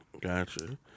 Gotcha